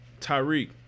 Tyreek